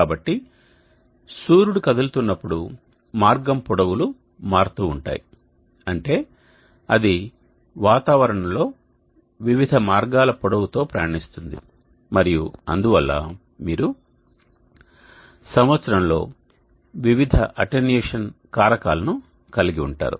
కాబట్టి సూర్యుడు కదులుతున్నప్పుడు మార్గం పొడవులు మారుతూ ఉంటాయి అంటే అది వాతావరణంలో వివిధ మార్గాల పొడవుతో ప్రయాణిస్తుంది మరియు అందువల్ల మీరు సంవత్సరంలో వివిధ అటెన్యుయేషన్ కారకాలను కలిగి ఉంటారు